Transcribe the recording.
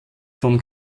von